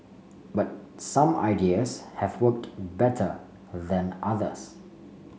but some ideas have worked better than others